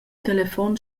telefon